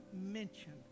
mention